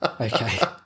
Okay